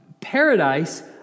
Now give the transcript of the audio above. paradise